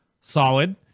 Solid